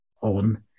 on